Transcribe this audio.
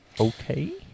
okay